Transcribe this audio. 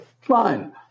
fine